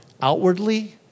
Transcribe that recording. Outwardly